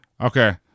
okay